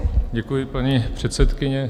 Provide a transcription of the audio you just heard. Děkuji, paní předsedkyně.